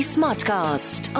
Smartcast